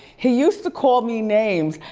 he used to call me names,